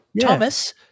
Thomas